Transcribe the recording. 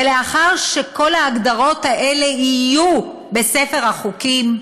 ולאחר שכל ההגדרות האלה יהיו בספר החוקים,